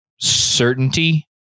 Certainty